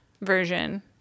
version